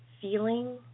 feeling